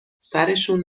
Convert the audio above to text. سرشون